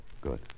Good